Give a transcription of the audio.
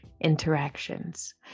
interactions